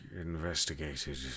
investigated